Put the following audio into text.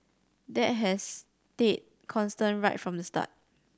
that has stayed constant right from the start